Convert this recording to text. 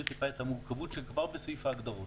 טיפה את המורכבות כבר בסעיף ההגדרות.